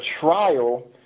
trial